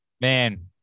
man